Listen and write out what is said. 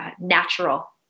natural